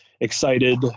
excited